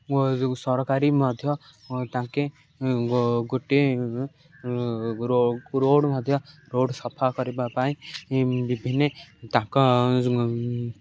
ଓ ସରକାରୀ ମଧ୍ୟ ତାଙ୍କୁ ଗୋଟଏ ରୋଡ୍ ମଧ୍ୟ ରୋଡ୍ ସଫା କରିବା ପାଇଁ ବିଭିନ୍ନ ତାଙ୍କ